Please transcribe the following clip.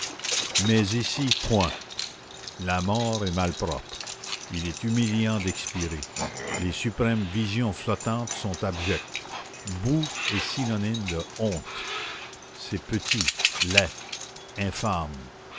mais ici point la mort est malpropre il est humiliant d'expirer les suprêmes visions flottantes sont abjectes boue est synonyme de honte c'est petit laid infâme